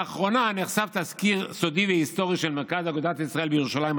לאחרונה נחשף תזכיר סודי והיסטורי של מרכז אגודת ישראל בירושלים,